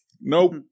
Nope